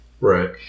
Right